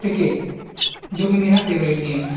cricket जो कि मेरा फ़ेवरेट गेम है